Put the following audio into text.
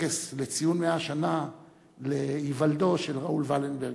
בטקס לציון 100 שנה להיוולדו של ראול ולנברג.